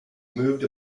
moved